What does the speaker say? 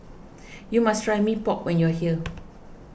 you must try Mee Pok when you are here